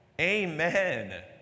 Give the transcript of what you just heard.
Amen